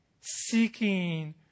seeking